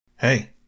Hey